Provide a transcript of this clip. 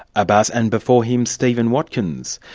abbas, and before him, stephen watkins.